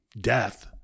death